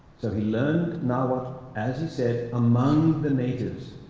so he learned nahuatl as he said among the natives,